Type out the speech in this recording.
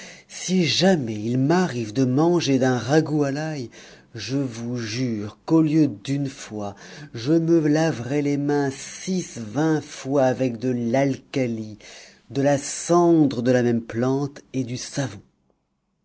si jamais il m'arrive de manger d'un ragoût à l'ail je vous jure qu'au lieu d'une fois je me laverai les mains sixvingts fois avec de l'alcali de la cendre de la même plante et du savon